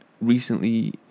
recently